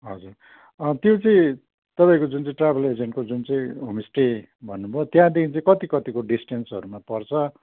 हजुर त्यो चाहिँ तपाईँको जुन चाहिँ ट्राभल एजेन्टको जुन चाहिँ होमस्टे भन्नुभयो त्यहाँदेखि चाहिँ कति कतिको डिस्टेन्सहरूमा पर्छ